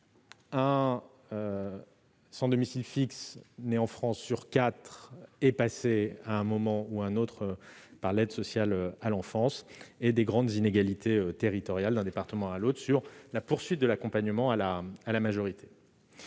un sans domicile fixe né en France sur quatre est passé à un moment ou à un autre par l'aide sociale à l'enfance. Il existe par ailleurs de grandes inégalités territoriales d'un département à l'autre sur la poursuite de l'accompagnement à la majorité.